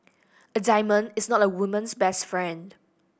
a diamond is not a woman's best friend